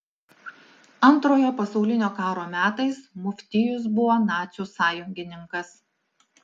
antrojo pasaulinio karo metais muftijus buvo nacių sąjungininkas